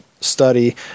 study